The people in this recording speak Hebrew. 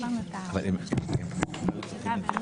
לאיש ציבור או לעובד ציבור בעת מצוקתו,